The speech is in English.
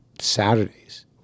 Saturdays